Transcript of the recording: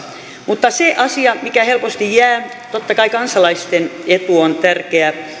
mutta se asia mikä helposti jää totta kai kansalaisten etu on tärkeä